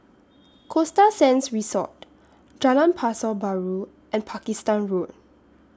Costa Sands Resort Jalan Pasar Baru and Pakistan Road